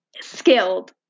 skilled